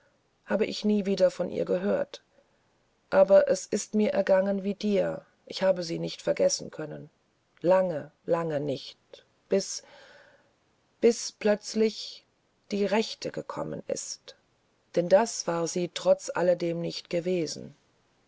habe ich nie wieder von ihr gehört aber es ist mir ergangen wie dir ich habe sie nicht vergessen können lange lange nicht bis plötzlich die rechte gekommen ist denn das war sie trotz alledem nicht gewesen